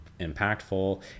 impactful